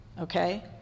Okay